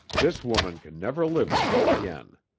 this woman can never live with him again.